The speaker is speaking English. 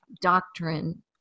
doctrine